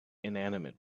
inanimate